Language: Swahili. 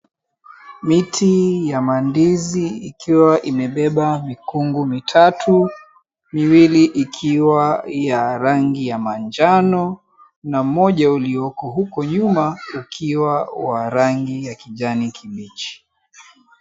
Miti ya mandizi ikiwa imebeba mikungu mitatu; miwili ikiwa ya rangi ya manjano na moja ulioko huko nyuma ukiwa wa rangi ya kijani kibichi.